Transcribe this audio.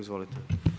Izvolite.